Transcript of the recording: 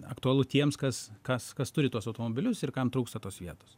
aktualu tiems kas kas kas turi tuos automobilius ir kam trūksta tos vietos